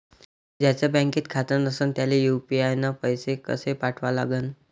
ज्याचं बँकेत खातं नसणं त्याईले यू.पी.आय न पैसे कसे पाठवा लागन?